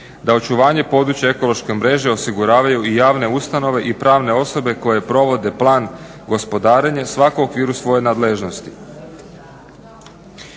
da očuvanje područja ekološke mreže osiguravaju i javne ustanove i prave osobe koje provode plan gospodarenja svakog i u svojoj nadležnosti.